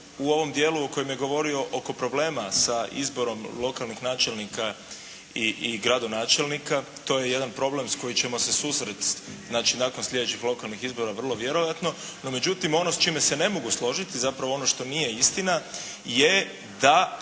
u ovom dijelu u kojem je govorio oko problema sa izborom lokalnih načelnika i gradonačelnika. To je jedan problem s kojim ćemo se susresti nakon slijedećih lokalnih izbora vrlo vjerojatno. No međutim, ono s čime se ne mogu složiti zapravo ono što nije istina je da